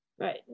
right